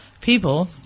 people